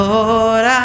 Lord